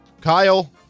Kyle